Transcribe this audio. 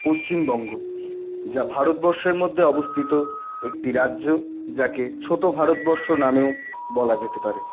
পশ্চিমবঙ্গ যা ভারতবর্ষের মধ্যে অবস্থিত একটি রাজ্য যাকে ছোটো ভারতবর্ষ নামেও বলা যেতে পারে